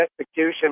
execution